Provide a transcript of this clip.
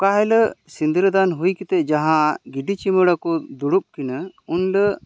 ᱥᱤᱫᱟᱹᱫᱟᱱ ᱦᱩᱭ ᱠᱟᱛᱮ ᱡᱟᱦᱟᱸ ᱜᱤᱰᱤ ᱪᱤᱢᱟᱹᱲᱟ ᱠᱚ ᱫᱩᱲᱩᱵ ᱠᱤᱱᱟᱹ ᱩᱱ